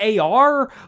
AR